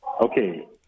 Okay